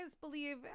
believe